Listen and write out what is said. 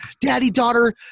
daddy-daughter